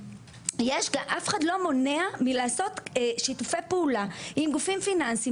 אף אחד לא מונע מלעשות שיתופי פעולה עם גופים פיננסים